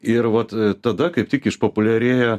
ir vat tada kaip tik išpopuliarėjo